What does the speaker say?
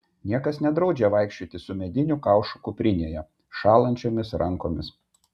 niekas nedraudžia vaikščioti su mediniu kaušu kuprinėje šąlančiomis rankomis